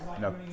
No